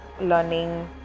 learning